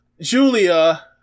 Julia